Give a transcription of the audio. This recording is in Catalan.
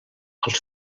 els